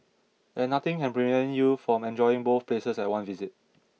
and nothing can prevent you from enjoying both places at one visit